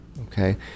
okay